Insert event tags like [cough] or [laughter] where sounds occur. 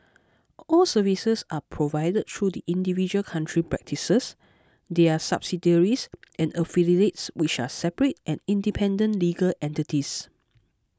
all services are provided through the individual country practices their subsidiaries [noise] and affiliates which are separate and independent legal entities